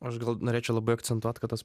aš gal norėčiau labai akcentuot kad tas